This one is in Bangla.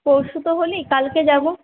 পরশু তো হোলি কালকে যাব